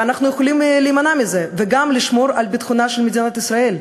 ואנחנו יכולים להימנע מזה וגם לשמור על ביטחונה של מדינת ישראל,